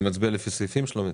אני מצביע לפי סעיפים, שלומית?